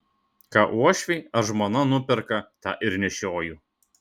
ką uošviai ar žmona nuperka tą ir nešioju